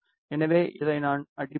எனவே இதை நான் அடிப்பேன்